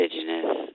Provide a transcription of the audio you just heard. Indigenous